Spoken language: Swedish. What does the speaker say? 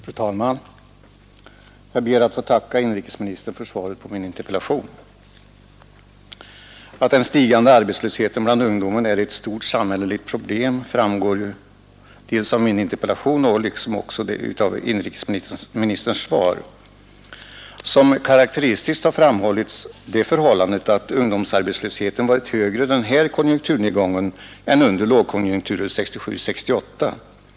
Fru talman! Jag ber att få tacka inrikesministern för svaret på min interpellation. Att den stigande arbetslösheten bland ungdomen är ett stort samhälleligt problem framgår såväl av min interpellation som av inrikesministerns svar. Som karakteristiskt har framhållits att ungdomsarbetslösheten varit högre den här konjunkturnedgången än under lågkonjunkturen 1967—1968.